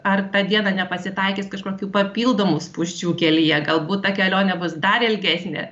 ar tą dieną nepasitaikys kažkokių papildomų spūsčių kelyje galbūt ta kelionė bus dar ilgesnė